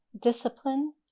Discipline